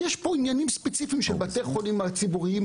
יש פה עניינים ספציפיים של בתי החולים הציבוריים,